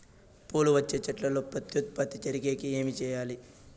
పూలు వచ్చే చెట్లల్లో ప్రత్యుత్పత్తి జరిగేకి ఏమి చేయాలి?